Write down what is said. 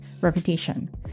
reputation